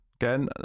Again